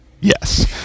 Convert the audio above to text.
yes